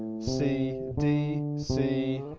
c, d, c,